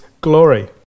glory